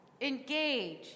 engage